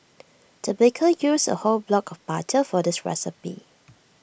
the baker used A whole block of butter for this recipe